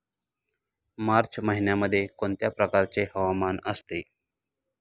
मार्च महिन्यामध्ये कोणत्या प्रकारचे हवामान असते?